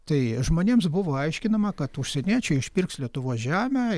tai žmonėms buvo aiškinama kad užsieniečiai išpirks lietuvos žemę